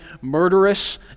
murderous